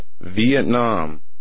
Vietnam